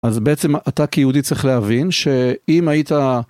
אז בעצם אתה כיהודי צריך להבין שאם היית...